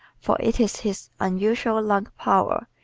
for it is his unusual lung power,